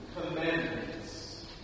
commandments